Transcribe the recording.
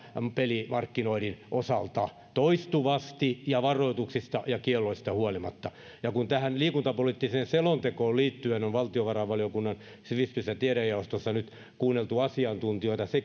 pelimarkkinoinnin osalta toistuvasti ja varoituksista ja kielloista huolimatta ja kun tähän liikuntapoliittiseen selontekoon liittyen on valtiovarainvaliokunnan sivistys ja tiedejaostossa nyt kuunneltu asiantuntijoita